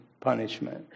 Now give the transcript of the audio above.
punishment